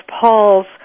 Paul's